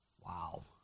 Wow